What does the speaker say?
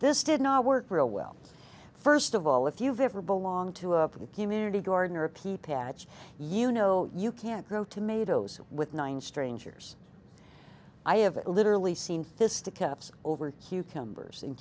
this did not work real well first of all if you've ever belonged to a community garden or a pee patch you know you can't grow tomatoes with nine strangers i have literally seen fisticuffs over hugh cumbers in